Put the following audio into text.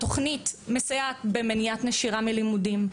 התוכנית מסייעת במניעת נשירה מלימודים,